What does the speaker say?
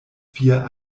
vier